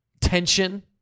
tension